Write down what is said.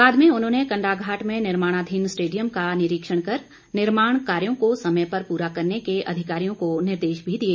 बाद में उन्होंने कंडाघाट में निर्माणाधीन स्टेडियम का निरीक्षण कर निर्माण कार्यो को समय पर पूरा करने के अधिकारियों को निर्देश भी दिए